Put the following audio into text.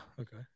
Okay